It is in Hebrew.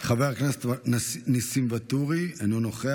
חבר הכנסת ניסים ואטורי, אינו נוכח.